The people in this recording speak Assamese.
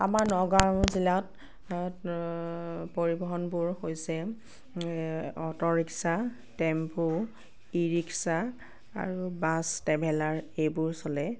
আমাৰ নগাঁও জিলাত পৰিৱহণবোৰ হৈছে auto rickshaw tempo e rickshaw আৰু বাছ ট্ৰেভেলাৰ এইবোৰ চলে